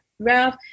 Ralph